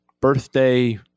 birthday